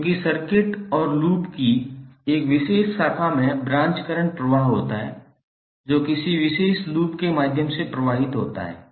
क्योंकि सर्किट और लूप की एक विशेष शाखा में ब्रांच करंट प्रवाह होता है जो किसी विशेष लूप के माध्यम से प्रवाहित होता है